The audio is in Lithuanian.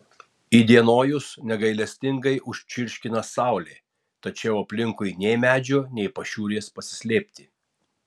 įdienojus negailestingai užčirškina saulė tačiau aplinkui nei medžio nei pašiūrės pasislėpti